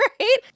right